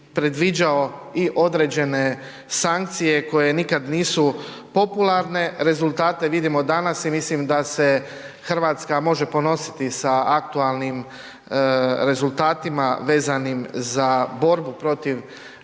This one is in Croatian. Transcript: predviđao i određene sankcije koje nikad nisu popularne, rezultate vidimo danas i mislim da se RH može ponositi sa aktualnim rezultatima vezanim za borbu protiv